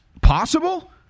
Possible